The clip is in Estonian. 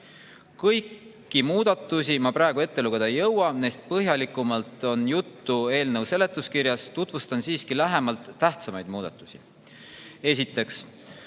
Kõiki muudatusi ma praegu ette lugeda ei jõua, neist on põhjalikumalt juttu eelnõu seletuskirjas. Tutvustan siiski lähemalt tähtsamaid muudatusi. Esiteks,